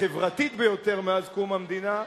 החברתית ביותר מאז קום המדינה,